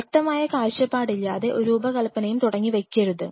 വ്യക്തമായ കാഴ്ചപ്പാടില്ലാതെ ഒരു രൂപകല്പനയും തുടങ്ങി വയ്ക്കരുത്